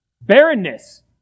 Barrenness